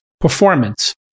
performance